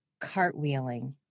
cartwheeling